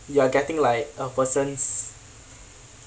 you are getting like a person's